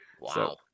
Wow